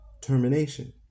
termination